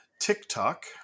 TikTok